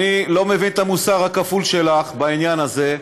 אני לא מבין את המוסר הכפול שלך בעניין הזה,